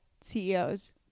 ceos